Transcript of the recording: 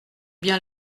bien